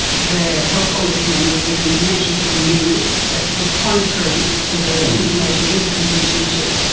the health ombudsman received information from you that was contrary to the information in the conviction sheet.